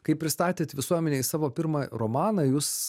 kai pristatėt visuomenei savo pirmą romaną jūs